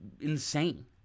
insane